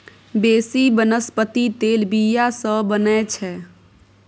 बेसी बनस्पति तेल बीया सँ बनै छै